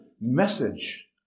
message